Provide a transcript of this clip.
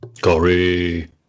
Corey